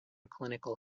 clinical